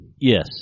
Yes